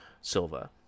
silva